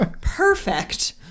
Perfect